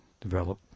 develop